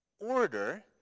order